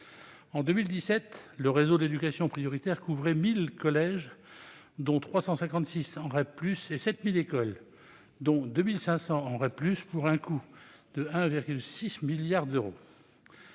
En 2017, le réseau de l'éducation prioritaire couvrait 1 000 collèges, dont 356 en REP+, et 7 000 écoles, dont 2 500 en REP+, pour un coût de 1,6 milliard d'euros.